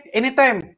anytime